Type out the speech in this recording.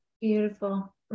Beautiful